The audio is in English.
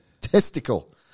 Testicle